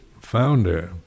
founder